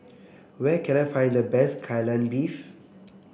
where can I find the best Kai Lan Beef